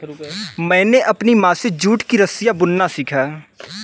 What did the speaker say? मैंने अपनी माँ से जूट की रस्सियाँ बुनना सीखा